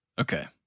Okay